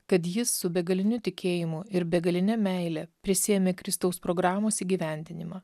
kad jis su begaliniu tikėjimu ir begaline meile prisiėmė kristaus programos įgyvendinimą